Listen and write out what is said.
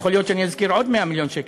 יכול להיות שאני אזכיר עוד 100 מיליון שקל.